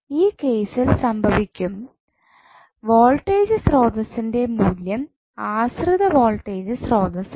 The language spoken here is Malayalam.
ഈ കേസിൽ സംഭവിക്കും വോൾട്ടേജ് സോതസ്സ്ൻ്റെ മൂല്യം ആശ്രിത വോൾട്ടേജ് സ്രോതസ്സ് ആണ്